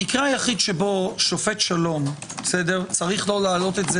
המקרה היחיד שבו שופט שלום צריך לא להעלות את זה